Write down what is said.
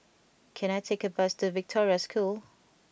can I take a bus to Victoria School